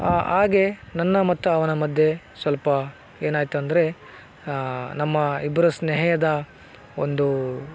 ಹಾಗೆ ನನ್ನ ಮತ್ತು ಅವನ ಮಧ್ಯೆ ಸ್ವಲ್ಪ ಏನಾಯಿತಂದ್ರೆ ನಮ್ಮ ಇಬ್ಬರ ಸ್ನೇಹದ ಒಂದು